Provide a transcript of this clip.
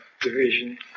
division